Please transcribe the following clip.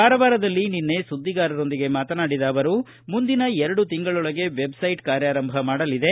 ಕಾರವಾರದಲ್ಲಿ ನಿನ್ನೆ ಸುದ್ದಿಗಾರರೊಂದಿಗೆ ಮಾತನಾಡಿದ ಅವರು ಮುಂದಿನ ಎರಡು ತಿಂಗಳೊಳಗೆ ವೆಬ್ಸೈಟ್ ಕಾರ್ಯಾರಂಭ ಮಾಡಲಿದೆ